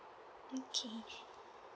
okay